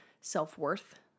self-worth